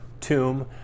tomb